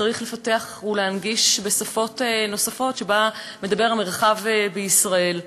צריך לפתח ולהנגיש בשפות נוספות שבהן המרחב בישראל מדבר.